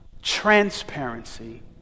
transparency